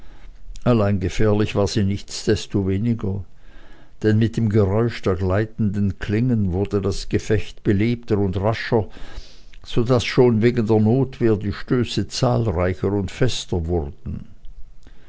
allein gefährlich war sie nichtsdestoweniger denn mit dem geräusch der gleitenden klingen wurde das gefecht belebter und rascher so daß schon wegen der notwehr die stöße zahlreicher und fester wurden